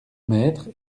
maître